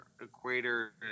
equator